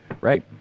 Right